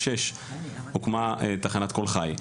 ב- 96' הוקמה תחנת קול חי.